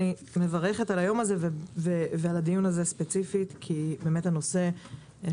אני מברכת על היום הזה ועל הדיון הספציפי הזה כי הנושא משותף